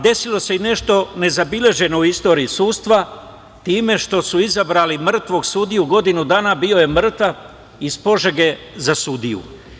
Desilo se i nešto nezabeleženo u istoriji sudstva time što su izabrali mrtvog sudiju, godinu dana bio je mrtav iz Požege, za sudiju.